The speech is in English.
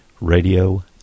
Radio